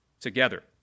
together